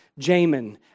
Jamin